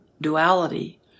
duality